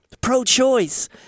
Pro-choice